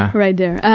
right there. yeah.